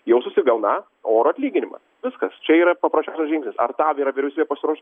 jaustųsi gauną orų atlyginimą viskas čia yra paprasčiausias žingsnis ar tam yra vyriausybė pasiruošus